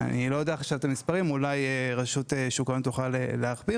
אני לא יודע את המספרים; אולי רשות שוק ההון תוכל להכביר,